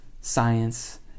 science